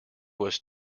was